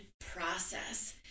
process